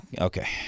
okay